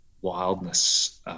wildness